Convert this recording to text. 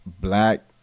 black